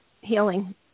healing